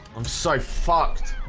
i'm so fucked